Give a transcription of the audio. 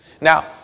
Now